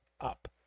up